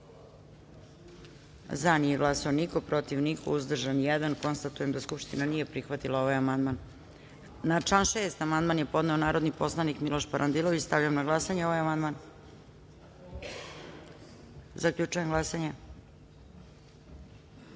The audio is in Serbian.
glasanje: za – niko, protiv – niko, uzdržan – jedan. Konstatujem da Skupština nije prihvatila ovaj amandman. Na član 8. amandman je podneo je narodi poslanik Slobodan Ilić. Stavljam na glasanje ovaj amandman. Zaključujem glasanje: